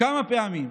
כמה פעמים,